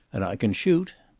and i can shoot.